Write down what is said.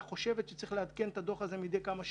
שחושבת שצריך לעדכן את הדוח הזה פעם בכמה שנים.